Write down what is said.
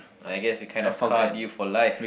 I guess it kind of scarred you for life